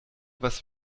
was